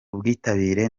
ubwitabire